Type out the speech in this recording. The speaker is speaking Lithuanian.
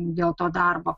dėl to darbo